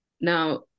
Now